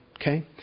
Okay